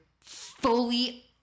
fully